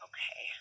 Okay